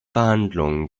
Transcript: verhandlungen